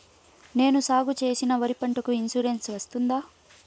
నేను సాగు చేసిన వరి పంటకు ఇన్సూరెన్సు వస్తుందా?